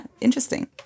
interesting